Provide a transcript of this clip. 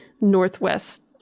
northwest